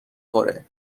خوره